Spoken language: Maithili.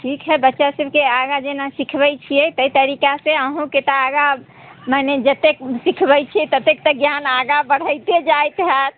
ठीक है बच्चा सभके आगाँ जेना सिखबै छियै तहि तरीकासँ अहुँके तऽ आगाँ मने जतेक सिखबै छियै ततेक तऽ ज्ञान आगाँ बढ़ैते जाइत हैत